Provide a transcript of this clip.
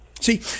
See